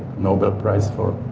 nobel prize for.